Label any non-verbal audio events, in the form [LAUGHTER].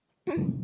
[COUGHS]